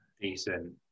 Decent